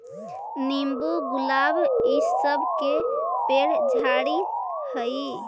नींबू, गुलाब इ सब के पेड़ झाड़ि हई